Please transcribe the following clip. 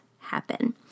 happen